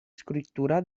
scrittura